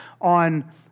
on